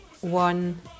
one